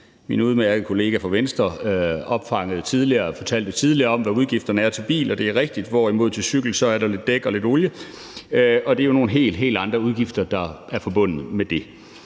Min udmærkede kollega fra Venstre fortalte tidligere om, hvad udgifterne er til bil, og det er rigtigt, hvorimod der til cykel er lidt dæk og lidt olie, og det er jo nogle helt, helt andre udgifter, der er forbundet med det.